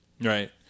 Right